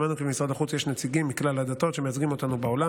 שמענו כי במשרד החוץ יש נציגים מכלל הדתות שמייצגים אותנו בעולם.